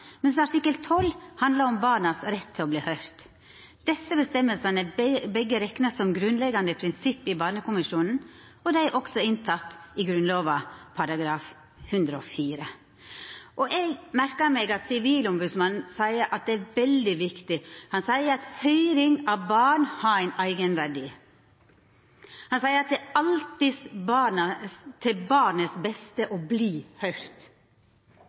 mens artikkel 12 handlar om retten barna har til å verta høyrde. Desse avgjerdene er begge rekna som grunnleggjande prinsipp i barnekonvensjonen, og dei er også tekne inn i Grunnlova § 104. Eg merkar meg at Sivilombodsmannen seier at det er veldig viktig. Han seier at høyring av barn har ein eigen verdi. Han seier at det alltid er til det beste for barnet å